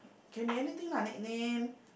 can be anything lah nick name